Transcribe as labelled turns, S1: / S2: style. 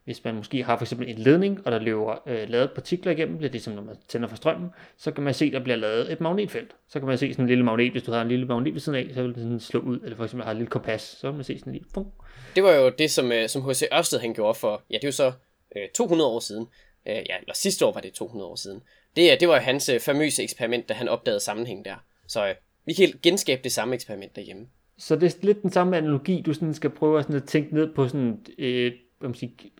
S1: hvis man måske har for eksempel en ledning, og der løber, øh, ladede partikler igennem, det er ligesom, når man tænder for strømmen, så kan man se, der bliver lavet et magnetfelt. Så kan man se sådan en lille magnet, hvis du har en lille magnet ved siden af, så vil den sådan slå ud, eller for eksempel har et lille kompas, så vil man se sådan en lille-
S2: Det var jo det, som, øh, som H.C. Ørsted, han gjorde for- ja, det er jo så, øh, 200 år siden. Øh, ja, eller sidste år var det 200 år siden. Det er- det var hans, øh, famøse eksperiment, da han opdagede sammenhængen der. Så, øh, vi kan helt genskabe det samme eksperiment derhjemme.
S1: Så det er lidt den samme analogi, du sådan skal prøve at sådan at tænke ned på sådan, øh, hvad man siger,